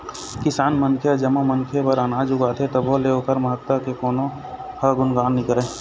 किसान मनखे ह जम्मो मनखे बर अनाज उगाथे तभो ले ओखर महत्ता के कोनो ह गुनगान नइ करय